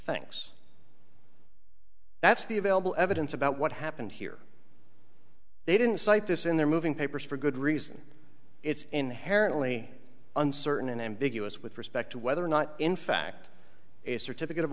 the available evidence about what happened here they didn't cite this in their moving papers for good reason it's inherently uncertain and ambiguous with respect to whether or not in fact a certificate of